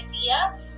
idea